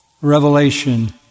revelation